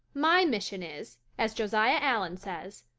my mission is, as josiah allen says,